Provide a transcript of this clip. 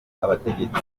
abategetsi